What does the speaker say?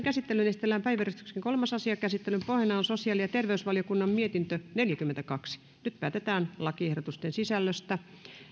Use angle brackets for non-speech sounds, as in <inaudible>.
<unintelligible> käsittelyyn esitellään päiväjärjestyksen kolmas asia käsittelyn pohjana on sosiaali ja terveysvaliokunnan mietintö neljäkymmentäkaksi nyt päätetään lakiehdotusten sisällöstä